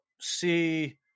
see